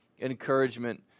encouragement